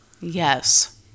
Yes